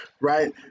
right